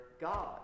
God